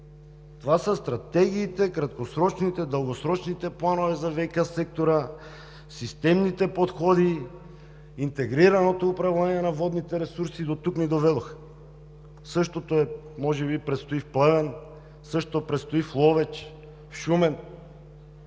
Това са стратегиите, краткосрочните, дългосрочните планове за ВиК сектора, системните подходи, интегрираното управление на водните ресурси, които до тук ни доведоха. Същото може би предстои в Плевен, в Ловеч, в Шумен.